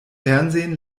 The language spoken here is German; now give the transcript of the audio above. fernsehen